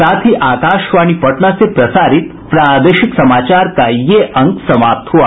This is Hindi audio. इसके साथ ही आकाशवाणी पटना से प्रसारित प्रादेशिक समाचार का ये अंक समाप्त हुआ